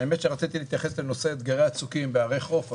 האמת שרציתי להתייחס לנושא אתגרי הצוקים בערי חוף,